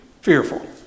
fearful